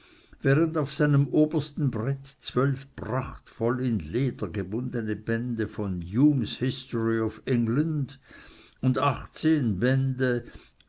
während auf seinem obersten brett zwölf prachtvoll in leder gebundene bände von humes history of england und achtzehn bände